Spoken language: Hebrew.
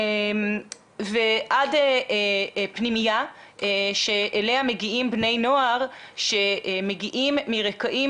ועד פנימייה שאליה מגיעים בני נוער שמגיעים מרקעים